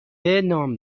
نام